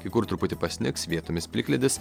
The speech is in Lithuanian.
kai kur truputį pasnigs vietomis plikledis